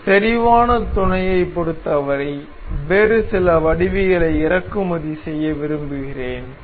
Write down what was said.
ஒரு செறிவான துணையை பொறுத்தவரை வேறு சில வடிவவியலை இறக்குமதி செய்ய விரும்புகிறேன்